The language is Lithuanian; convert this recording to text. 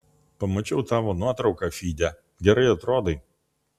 pamačiau tavo nuotrauką fyde gerai atrodai